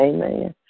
Amen